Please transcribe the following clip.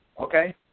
okay